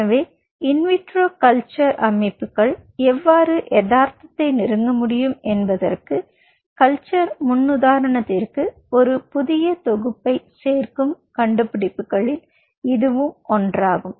எனவே in vitro culture அமைப்புகள் எவ்வாறு யதார்த்தத்தை நெருங்க முடியும் என்பதற்கு கல்ச்சர் முன்னுதாரணத்திற்கு ஒரு புதிய தொகுப்பை சேர்க்கும் கண்டுபிடிப்புகளில் இதுவும் ஒன்றாகும்